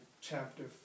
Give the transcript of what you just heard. chapter